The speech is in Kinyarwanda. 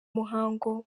muhango